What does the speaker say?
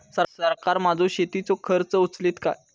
सरकार माझो शेतीचो खर्च उचलीत काय?